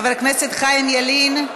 חבר הכנסת חיים ילין,